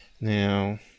Now